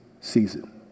season